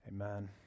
Amen